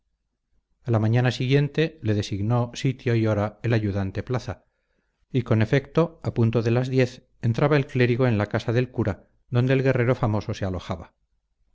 a la mañana siguiente le designó sitio y hora el ayudante plaza y con efecto a punto de las diez entraba el clérigo en la casa del cura donde el guerrero famoso se alojaba